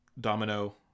Domino